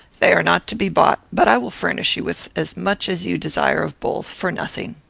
they are not to be bought but i will furnish you with as much as you desire of both, for nothing.